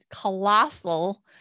colossal